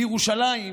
בירושלים,